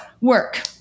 work